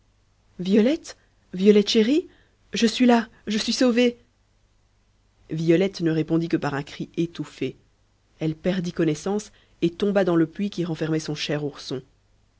violette violette chérie je suis là je suis sauvé violette ne répondit que par un cri étouffé elle perdit connaissance et tomba dans le puits qui renfermait son cher ourson